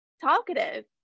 talkative